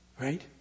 Right